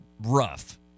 rough